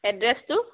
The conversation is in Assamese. এড্ৰেছটো